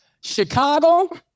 Chicago